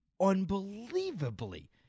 unbelievably